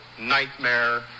nightmare